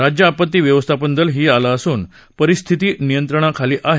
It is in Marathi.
राज्य आपत्ती व्यवस्थापन दल ही आलं असून परिस्थिती नियत्रंणाखाली आहे